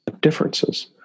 differences